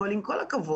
אבל עם כל הכבוד,